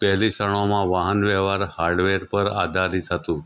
પહેલી ક્ષણોમાં વાહન વ્યવહાર હાર્ડવેર પર આધારિત હતું